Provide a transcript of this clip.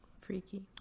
Freaky